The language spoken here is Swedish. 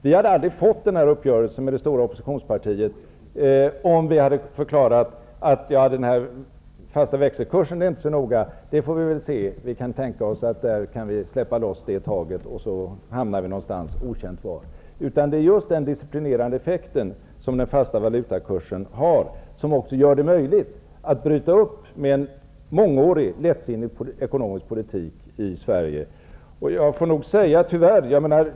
Vi hade aldrig fått till stånd uppgörelsen med det stora oppositionspartiet om vi hade förklarat att det inte var så noga med den fasta växelkursen, att vi kunde släppa det taget utan att veta var vi skulle hamna. Det är just den disciplinerande effekt som den fasta valutakursen har som gör det möjligt att bryta med en mångårig lättsinnig ekonomisk politik i Sverige.